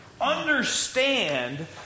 Understand